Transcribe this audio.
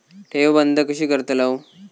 ठेव बंद कशी करतलव?